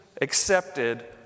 accepted